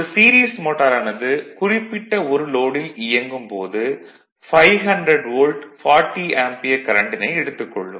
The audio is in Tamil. ஒரு சீரிஸ் மோட்டாரானது குறிப்பிட்ட ஒரு லோடில் இயங்கும் போது 500 வோல்ட் 40 ஆம்பியர் கரண்ட்டினை எடுத்துக் கொள்ளும்